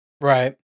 Right